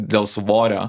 dėl svorio